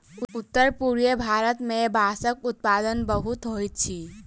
उत्तर पूर्वीय भारत मे बांसक उत्पादन बहुत होइत अछि